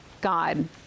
God